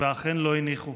ואכן, לא הניחו.